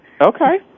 Okay